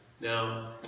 Now